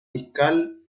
fiscal